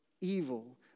evil